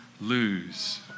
lose